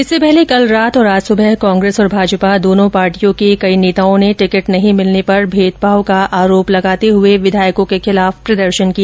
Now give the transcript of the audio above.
इससे पहले कल रात और आज सुबह कांग्रेस और भाजपा दोनों पार्टियों के कई नेताओं ने टिकिट नहीं मिलने पर भेदभाव का आरोप लगाते हुए विधायकों के खिलाफ प्रदर्शन किया